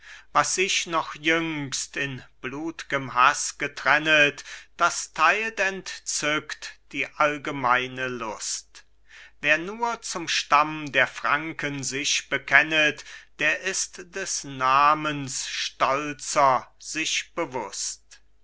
was sich noch jüngst in blutgem haß getrennet das teilt entzückt die allgemeine lust wer nur zum stamm der franken sich bekennet der ist des namens stolzer sich bewußt